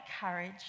courage